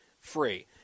free